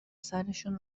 سرشون